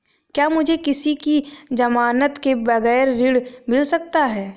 क्या मुझे किसी की ज़मानत के बगैर ऋण मिल सकता है?